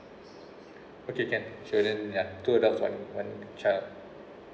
okay can sure then ya two adults one one child